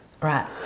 Right